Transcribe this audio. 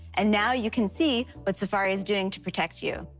and now you can see what safari is doing to protect you.